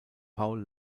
paul